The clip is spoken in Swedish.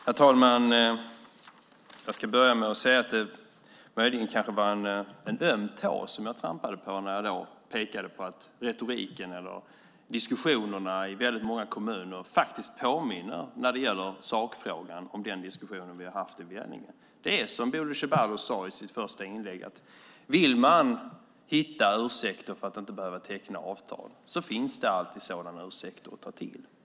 Herr talman! Jag ska börja med att säga att jag kanske trampade på en öm tå när jag pekade på att retoriken eller diskussionerna i väldigt många kommuner när det gäller sakfrågan faktiskt påminner om den diskussion vi har haft i Vellinge. Det är som Bodil Ceballos sade i sitt första inlägg: Vill man hitta ursäkter för att inte behöva teckna avtal så finns det alltid sådana ursäkter att ta till.